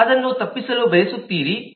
ನೀವು ಅದನ್ನು ತಪ್ಪಿಸಲು ಬಯಸುತ್ತೀರಿ